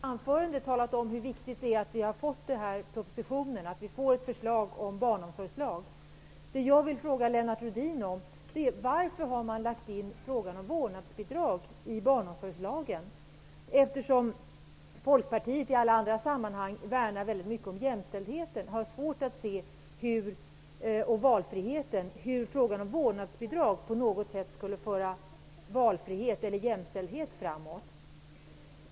Fru talman! Jag har redan i mitt inledningsanförande talat om hur viktig den här propositionen är med ett förslag till barnomsorgslag. Varför har, Lennart Rohdin, frågan om vårdnadsbidrag lagts in i barnomsorgslagen? Folkpartiet värnar i alla andra sammanhang om jämlikheten. Därför har jag svårt att se hur frågan om vårdnadsbidrag på något sätt skulle föra frågan om valfrihet eller jämställdhet framåt.